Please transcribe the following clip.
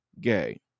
gay